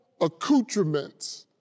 accoutrements